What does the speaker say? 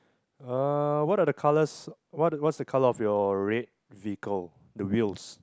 uh what are the colours what what's the colour of your red vehicle the wheels